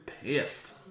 pissed